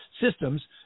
systems